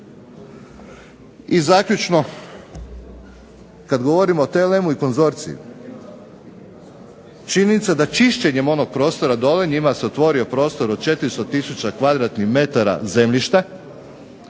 I zaključno, kad govorimo o TLM-u i konzorciju činjenica je da čišćenjem onog prostora dole njima se otvorio prostor od 400 tisuća m2 zemljišta